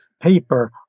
paper